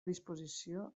disposició